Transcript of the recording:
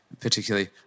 particularly